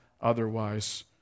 otherwise